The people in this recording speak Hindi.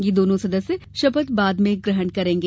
ये दोनों सदस्य शपथ बाद में ग्रहण करेंगे